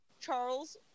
Charles